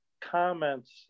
comments